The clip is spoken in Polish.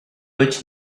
być